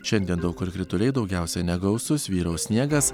šiandien daug kur krituliai daugiausiai negausūs vyraus sniegas